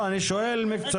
אני שואל.